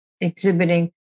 exhibiting